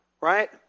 right